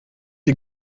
die